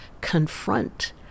confront